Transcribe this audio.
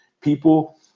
people